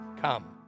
Come